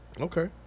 Okay